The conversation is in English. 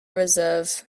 reserve